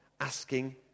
asking